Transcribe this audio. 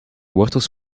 wortels